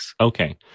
Okay